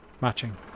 matching